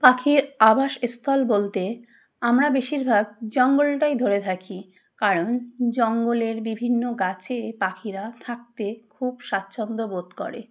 পাখির আবাস স্থল বলতে আমরা বেশিরভাগ জঙ্গলটাই ধরে থাকি কারণ জঙ্গলের বিভিন্ন গাছে পাখিরা থাকতে খুব স্বাচ্ছন্দ্য বোধ করে